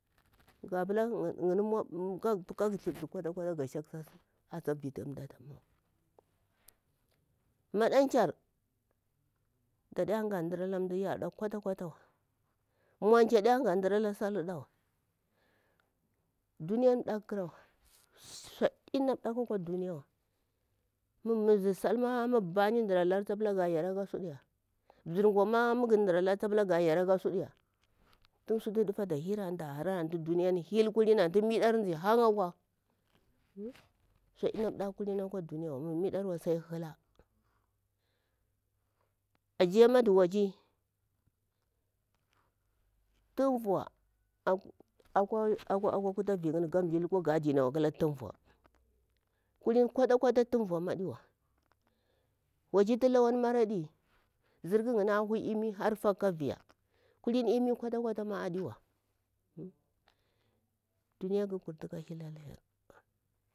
Ga pila kaga thiviriwa ata viti mda atawa maɗan char daɗa gah dir ala mdar ya'ɗawa kwa ta kwata wa monci ada ga dir ala salurɗawa duniya ni ɗak kurawa sudi na ɗak akwa duniyawa mu mzir sal ma mu bubani ɗaralari ta pula ga yara ka suɗuya mzirkwa ma mu ga ɗurala ma fa pila ga yara ka suɗuya tun suɗu ɗufada, hira antu da harari anfu duniy antu miɗar hara hang akwa suɗi na ɗaku akwa duniyani ƙarawasai miɗar sai hela ajiya madu waci tuvua tunvua waci akwa gadinawa hakala tunvua kuhiri kwata kwata tunvua adiwa waci tu lawan mari adi zurku na huyi imi fak ka via kalim imi kwata kwata adiwa duniya ka kunfu ka hita nantu difaga.